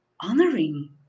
honoring